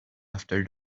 after